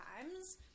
times